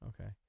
Okay